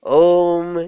om